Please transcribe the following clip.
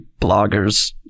bloggers